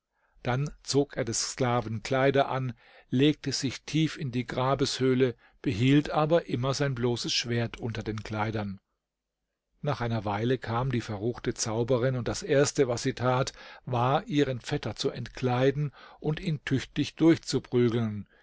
dann zog er des sklaven kleider an legte sich tief in die grabeshöhle behielt aber immer sein bloßes schwert unter den kleidern nach einer weile kam die verruchte zauberin und das erste was sie tat war ihren vetter zu entkleiden und ihn tüchtig durchzuprügeln